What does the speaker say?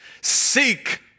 seek